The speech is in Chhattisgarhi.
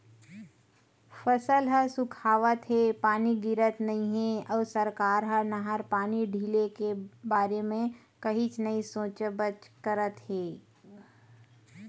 फसल ह सुखावत हे, पानी गिरत नइ हे अउ सरकार ह नहर पानी ढिले के बारे म कहीच नइ सोचबच करत हे